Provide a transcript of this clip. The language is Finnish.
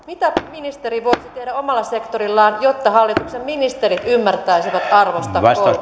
mitä ministeri voisi tehdä omalla sektorillaan jotta hallituksen ministerit ymmärtäisivät arvostaa